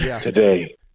today